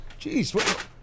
Jeez